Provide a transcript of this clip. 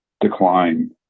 decline